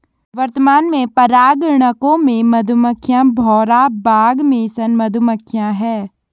वर्तमान में परागणकों में मधुमक्खियां, भौरा, बाग मेसन मधुमक्खियाँ है